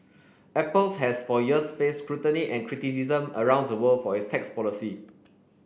Apples has for years faced scrutiny and criticism around the world for its tax policies